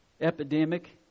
epidemic